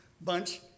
bunch